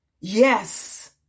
Yes